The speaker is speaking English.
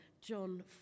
John